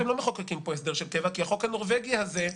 אתם לא מחוקקים פה הסדר של קבע כי החוק הנורבגי הזה,